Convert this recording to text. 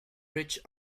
reached